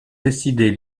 décider